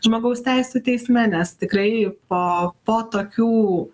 žmogaus teisių teisme nes tikrai po po tokių